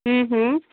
हम्म हम्म